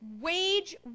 wage